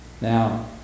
Now